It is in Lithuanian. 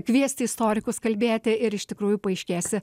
kviesti istorikus kalbėti ir iš tikrųjų paaiškės